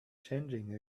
changing